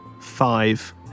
Five